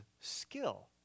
skill